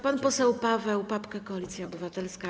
Pan poseł Paweł Papke, Koalicja Obywatelska.